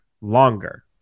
longer